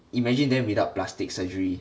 then like imagine them without plastic surgery